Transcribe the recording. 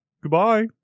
Goodbye